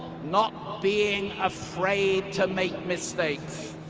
not being afraid to make mistakes.